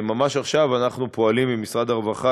ממש עכשיו אנחנו פועלים עם משרד הרווחה